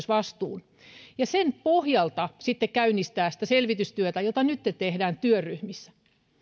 vastuu ja sen pohjalta käynnistää sitä selvitystyötä jota nyt tehdään työryhmissä